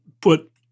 put